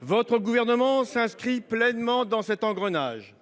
Votre gouvernement, monsieur le Premier ministre,